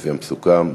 כפי שסוכם,